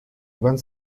iván